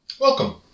Welcome